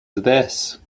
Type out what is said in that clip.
this